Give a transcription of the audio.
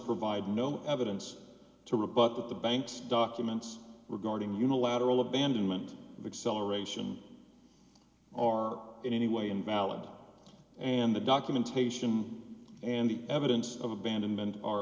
provide no evidence to rebut that the bank's documents regarding unilateral abandonment of acceleration are in any way invalid and the documentation and evidence of abandonment are